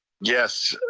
yes,